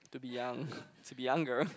to be young to be younger